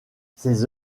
ses